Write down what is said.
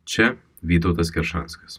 čia vytautas keršanskas